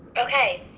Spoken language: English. okay.